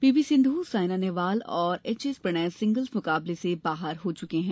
PV Sindhu Saina Nehwal और H S Prannoy singles मुकाबले से बाहर हो चुके हैं